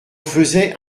faisait